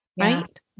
right